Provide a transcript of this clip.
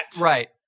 Right